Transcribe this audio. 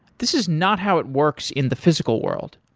this is not how it works in the physical world.